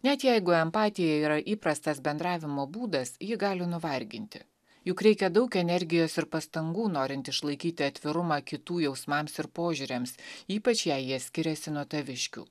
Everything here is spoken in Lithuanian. net jeigu empatija yra įprastas bendravimo būdas ji gali nuvarginti juk reikia daug energijos ir pastangų norint išlaikyti atvirumą kitų jausmams ir požiūriams ypač jei jie skiriasi nuo taviškių